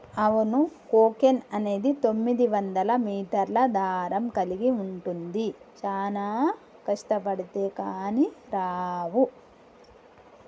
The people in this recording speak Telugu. అవును కోకెన్ అనేది తొమ్మిదివందల మీటర్ల దారం కలిగి ఉంటుంది చానా కష్టబడితే కానీ రావు